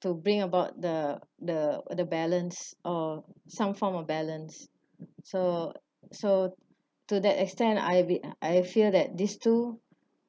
to bring about the the the balance or some form of balance so so to that extent I have be I have feel that these two